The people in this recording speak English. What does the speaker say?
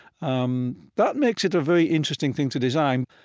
um that makes it a very interesting thing to design.